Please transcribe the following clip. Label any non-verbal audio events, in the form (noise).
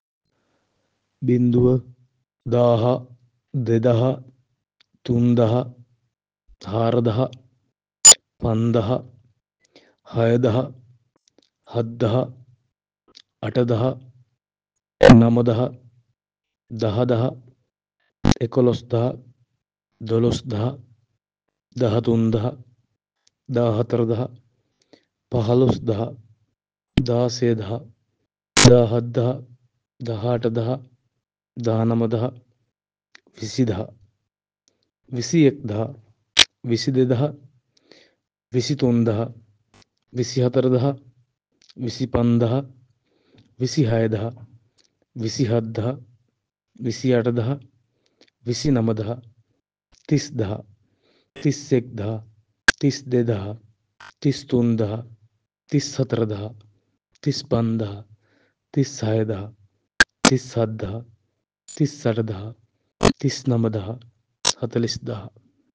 බිංදුව, දාහ, දෙදහ, තුන්දහ, හාරදහ (noise) පන්දහ, හයදහ, හත්දහ, අටදහ (noise) නමදහ, දහදහ (noise) එකොළොස් දහ, දොළොස් දහ, දහතුන් දහ, දා හතර දහ, පාළොස් දහ, දාසය දහ (noise) දාහත් දහ, දහඅට දහ, දහනම දහ, විසිදහ, විසි එක්දහ, විසි දෙදහ, විසි තුන්දහ, විසි හතරදහ, විසි පන්දහ, විසි හයදහ, විසි හත්දහ, විසි අටදහ, විසි නමදහ, තිස් දහ, තිස් එක්දහ, තිස් දෙදහ, තිස් තුන්දහ, තිස් හතරදහ, තිස් පන්දහ, තිස් හයදහ (noise) තිස් හත්දහ, තිස් අටදහ (noise) තිස් නමදහ (noise) හතළිස් දහ.